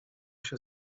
się